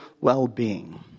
well-being